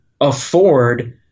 afford